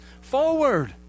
Forward